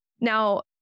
Now